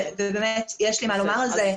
ויש לי מה לומר על זה.